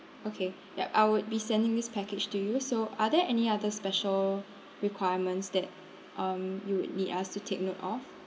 okay yup I would be sending this package to you so are there any other special requirements that um you need us to take note of